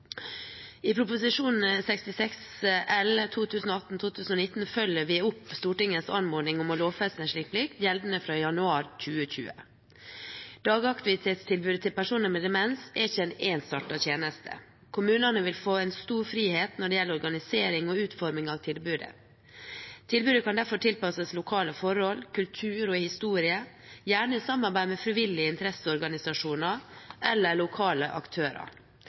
I Prop. 66 L for 2018–2019 følger vi opp Stortingets anmodning om å lovfeste en slik plikt – gjeldende fra januar 2020. Dagaktivitetstilbudet til personer med demens er ikke en ensartet tjeneste. Kommunene vil få stor frihet når det gjelder organisering og utforming av tilbudet. Tilbudet kan derfor tilpasses lokale forhold, kultur og historie – gjerne i samarbeid med frivillige, interesseorganisasjoner eller lokale aktører.